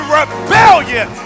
rebellion